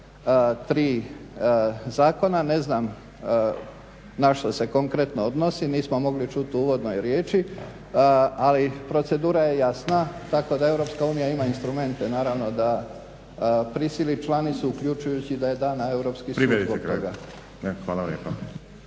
3 zakona, ne znam na što se konkretno odnosi, nismo mogli čuti u uvodnoj riječi, ali procedura je jasna. Tako da EU ima instrumente naravno da prisili članicu uključujući da je da na